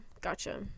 Gotcha